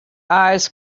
eyes